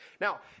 Now